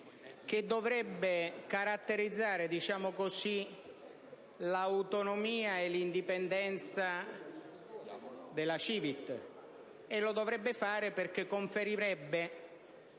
che dovrebbe caratterizzare l'autonomia e l'indipendenza della CiVIT. Lo dovrebbe fare, perché conferirebbe